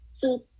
keep